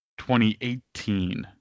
2018